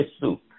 soup